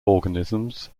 organisms